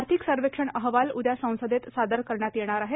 आर्थिक सर्वेक्षण अहवाल उद्या संसदेत सादर करण्यात येणार आहे